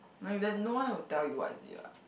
no is that no one will tell you what is it ya